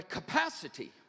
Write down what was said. capacity